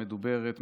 המדוברת,